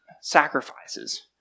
sacrifices